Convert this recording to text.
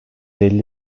elli